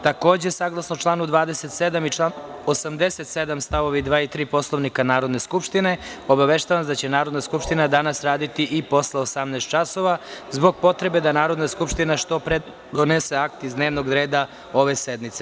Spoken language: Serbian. Takođe, saglasno članu 27. i 87. st. 2. i 3. Poslovnika Narodne skupštine, obaveštavam vas da će Narodna skupština danas raditi i posle 18.00 časova, zbog potrebe da Narodna skupština što pre donese akt iz dnevnog reda ove sednice.